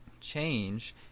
change